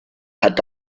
hat